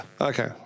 Okay